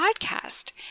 podcast